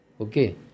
okay